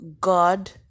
god